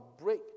break